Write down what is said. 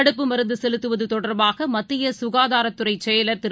தடுப்பு மருந்துசெலுத்துவத்தொடர்பாகமத்தியசுகாதாரத்துறைச் செயலர் திரு